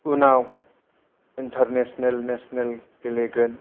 उनाव international national गेलेगोन